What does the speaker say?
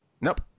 Nope